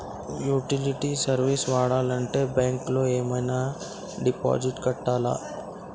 Utility service వాడాలంటే bank లో ఏమైనా డిపాజిట్ కట్టాలా?